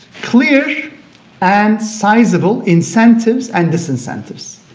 clear and sizable incentives and disincentives